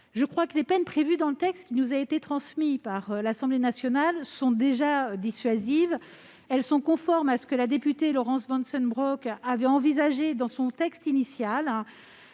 adapté ; les peines prévues dans le texte qui nous a été transmis par l'Assemblée nationale me semblent déjà dissuasives. Elles sont conformes à ce que la députée Laurence Vanceunebrock avait envisagé dans son texte initial.